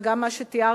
וגם מה שתיארת,